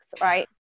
right